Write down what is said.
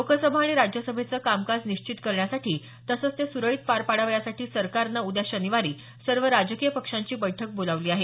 लोकसभा आणि राज्यसभेचं कामकाज निश्चित करण्यासाठी तसंच ते सुरळीत पार पडावं यासाठी सरकारनं उद्या शनिवारी सर्व राजकीय पक्षांची बैठक बोलावली आहे